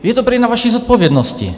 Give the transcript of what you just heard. Je to prý na vaší zodpovědnosti.